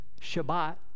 Shabbat